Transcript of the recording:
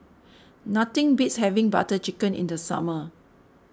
nothing beats having Butter Chicken in the summer